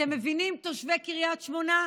אתם מבינים, תושבי קריית שמונה?